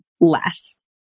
less